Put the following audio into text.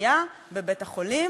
בתינוקייה בבית-החולים,